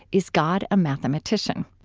is god a mathemetician?